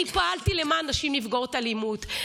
אני פעלתי למען נשים נפגעות אלימות.